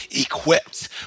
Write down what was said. equipped